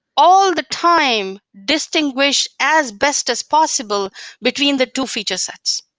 all the time, distinguish as best as possible between the two feature sets.